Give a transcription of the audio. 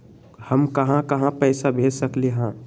हम कहां कहां पैसा भेज सकली ह?